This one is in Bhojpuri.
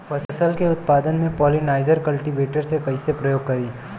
फल के उत्पादन मे पॉलिनाइजर कल्टीवर्स के कइसे प्रयोग करी?